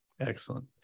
Excellent